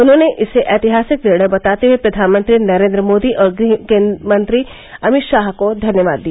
उन्होंने इसे ऐतिहासिक निर्णय बताते हुए प्रधानमंत्री नरेन्द्र मोदी और केन्द्रीय गृह मंत्री अमित शाह को धन्यवाद दिया